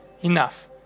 enough